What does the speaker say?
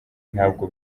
ntabwo